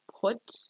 put